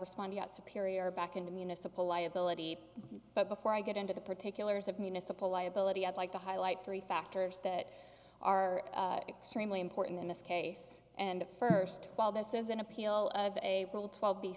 responding out superior back into municipal liability but before i get into the particulars of municipal liability i'd like to highlight three factors that are extremely important in this case and first of all this is an appeal of a rule twelve b